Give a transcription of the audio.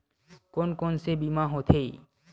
कोन कोन से बीमा होथे?